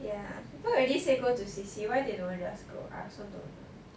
ya people already say go to C_C why they don't want just go I also don't know